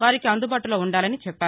వారికి అందుబాటులో ఉండాలని చెప్పారు